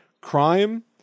crime